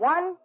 One